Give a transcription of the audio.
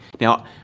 Now